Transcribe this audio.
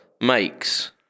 Makes